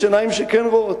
יש עיניים שכן רואות.